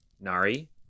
Nari